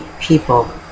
people